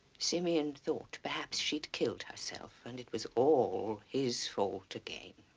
simeon thought perhaps she'd killed herself and it was all his fault again.